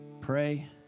pray